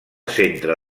centre